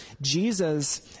Jesus